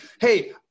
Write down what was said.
hey